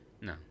No